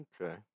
Okay